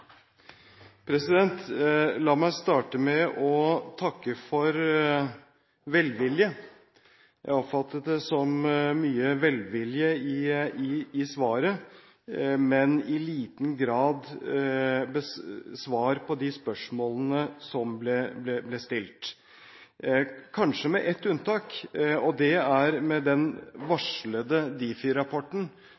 La meg starte med å takke for velvilje. Jeg oppfattet det som mye velvilje i svaret, men i liten grad svar på de spørsmålene som ble stilt – kanskje med ett unntak, og det er den